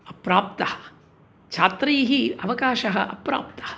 अप्राप्तः छात्रैः अवकाशः अप्राप्तः